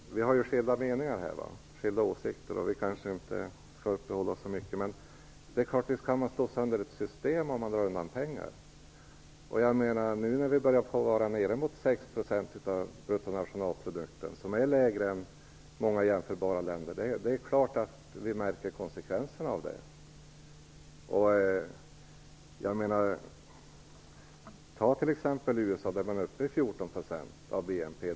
Fru talman! Vi har skilda åsikter i detta sammanhang. Därför skall vi kanske inte uppehålla oss så mycket vid detta. Men visst kan man slå sönder ett system om man drar undan pengar. Nu när vi närmar oss 6 % av BNP, vilket är lägre än många jämförbara länder, är det klart att vi märker konsekvenserna av det. I USA är man uppe i 14 % av BNP.